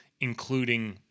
including